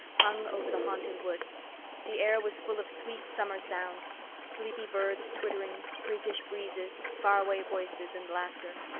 hung over the haunted wood the air was full of sweet summer sounds sleepy birds twittering, freakish breezes, faraway voices and laughter.